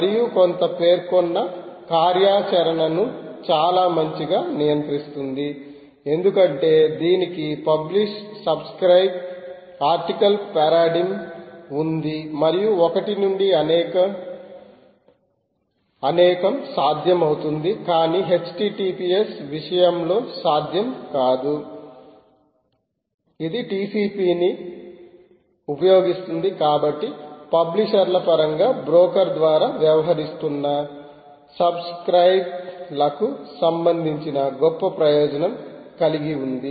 మరియు కొంత పేర్కొన్న కార్యాచరణను చాలా మంచిగా నియంత్రిస్తుంది ఎందుకంటే దీనికి పబ్లిష్ సబ్స్క్రయిబ్ ఆర్టికల్ పారాడిగ్మ్ ఉంది మరియు 1 నుండి అనేకం సాధ్యం అవుతుంది కాని Https విషయంలో సాధ్యం కాదు ఇది TCP ని ఉపయోగిస్తుంది కాబట్టి పబ్లిషర్ ల పరంగా బ్రోకర్ ద్యార వ్యవహరిస్తున్న సబ్స్క్రయిబ్ర్లకు సంబంధించిన గొప్ప ప్రయోజనం కలిగి ఉంది